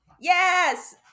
Yes